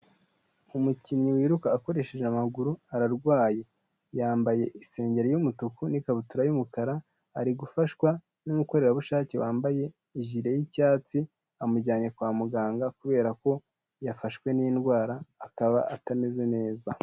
Umukinnyi wiruka akoresheje amaguru ararwaye, yambaye isengeri y'umutuku n'ikabutura y'umukara ari gufashwa n'umukorerabushake wambaye ijire y'icyatsi amujyanye kwa muganga kubera ko yafashwe n'indwara akaba atameze neza.